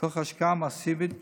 תוך השקעה מסיבית בתשתיות,